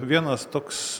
vienas toks